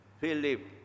Philip